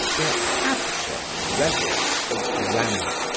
their abject reverence for grammar,